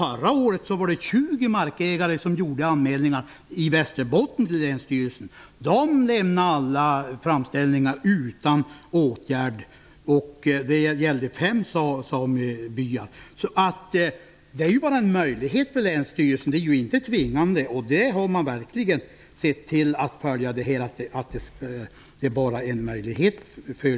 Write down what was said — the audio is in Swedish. Förra året var det 20 markägare i Västerbotten som gjorde anmälningar till länsstyrelsen, men alla framställningar lämnades utan åtgärd. Det gällde fem samebyar. Dessa bestämmelser ger alltså länsstyrelsen bara en möjlighet, och de är inte tvingande. Man har också verkligen sett till att följa detta att bestämmelserna bara ger en möjlighet.